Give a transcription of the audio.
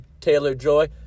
Taylor-Joy